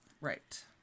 Right